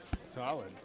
Solid